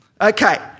Okay